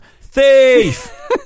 thief